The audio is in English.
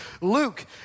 Luke